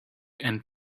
and